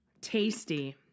Tasty